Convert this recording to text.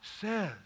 says